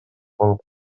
болуп